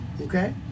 Okay